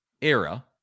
era